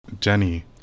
Jenny